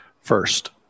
first